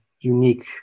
unique